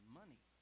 money